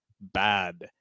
bad